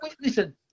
listen